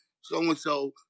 So-and-so